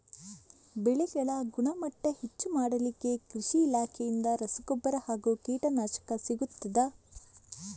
ಬೆಳೆಗಳ ಗುಣಮಟ್ಟ ಹೆಚ್ಚು ಮಾಡಲಿಕ್ಕೆ ಕೃಷಿ ಇಲಾಖೆಯಿಂದ ರಸಗೊಬ್ಬರ ಹಾಗೂ ಕೀಟನಾಶಕ ಸಿಗುತ್ತದಾ?